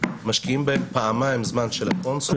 משקיעים בהם פעמיים זמן של הקונסול,